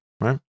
right